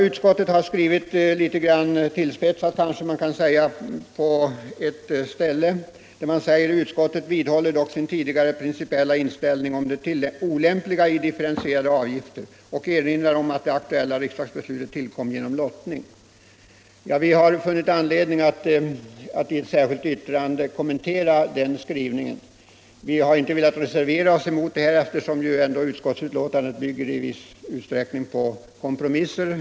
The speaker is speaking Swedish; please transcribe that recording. Utskottet har på ett ställe litet tillspetsat skrivit: ”Utskottet vidhåller dock sin tidigare principiella inställning om det olämpliga i differentierade avgifter och erinrar om att det aktuella riksdagsbeslutet tillkom genom lottning.” Vi har funnit anledning att i ett särskilt yttrande kommentera den skrivningen. Vi har inte velat reservera oss eftersom utskottsbetänkandet i viss utsträckning bygger på kompromisser.